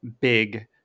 big